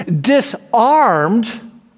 disarmed